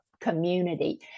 community